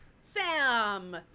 Sam